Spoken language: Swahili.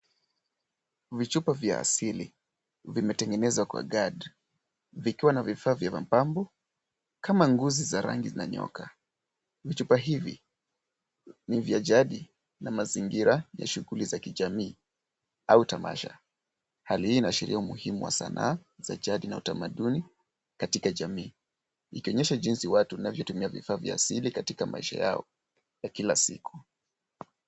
Vijupa vya asili. Vimetengenezwa kwa ghad. Vikiwa na vifaa vya mapambo, kama nguzo za rangi na nyoka. Vijupa hivi ni vya jadi na mazingira ya shughuli za kijamii au tamasha. Hali inashiria umuhimu wa sanaa za jadi na utamaduni katika jamii, ikionyesha jinsi watu wanavyotumia vifaa vya asili katika maisha yao, ya kila siku.